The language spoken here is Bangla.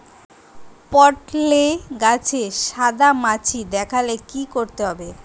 পটলে গাছে সাদা মাছি দেখালে কি করতে হবে?